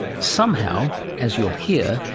somehow, as you'll hear,